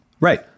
Right